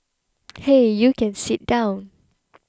hey you can sit down